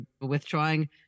withdrawing